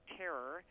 terror